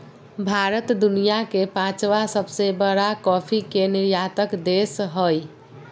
भारत दुनिया के पांचवां सबसे बड़ा कॉफ़ी के निर्यातक देश हइ